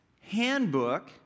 handbook